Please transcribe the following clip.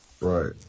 Right